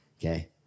okay